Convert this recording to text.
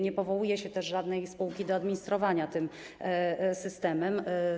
Nie powołuje się też żadnej spółki do administrowania tym systemem.